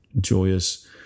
joyous